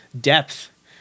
depth